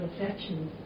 affection